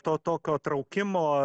to tokio traukimo